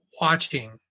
watching